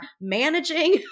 managing